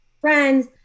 friends